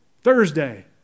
Thursday